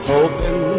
Hoping